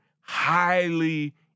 highly